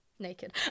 naked